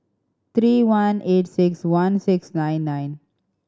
three one eight six one six nine nine